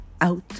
out